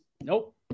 Nope